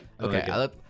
Okay